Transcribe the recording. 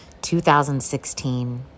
2016